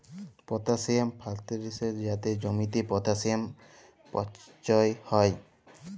potassium ফার্টিলিসের যাতে জমিতে পটাসিয়াম পচ্ছয় হ্যয়